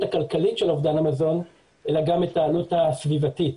הכלכלית של אובדן המזון אלא גם את העלות הסביבתית,